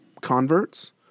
converts